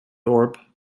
thorpe